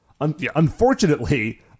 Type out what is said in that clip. Unfortunately